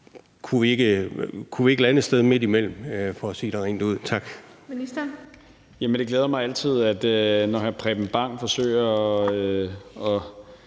Kunne vi ikke lande et sted midt imellem